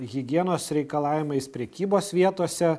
higienos reikalavimais prekybos vietose